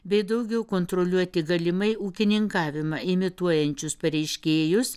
bei daugiau kontroliuoti galimai ūkininkavimą imituojančius pareiškėjus